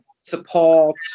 support